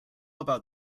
about